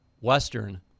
Western